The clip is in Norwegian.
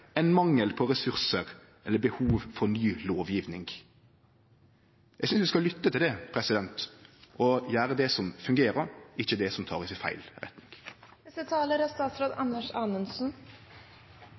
enn mangel på ressurser» – eller – «behov for ny lovgivning». Eg synest vi skal lytte til det og gjere det som fungerer, ikkje det som tek oss i feil